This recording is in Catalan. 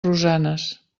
rosanes